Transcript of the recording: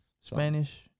Spanish